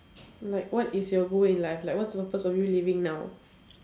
like what is your goal in life like what's the purpose of you living now